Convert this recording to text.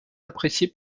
appréciée